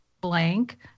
blank